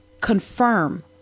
Confirm